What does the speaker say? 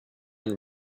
and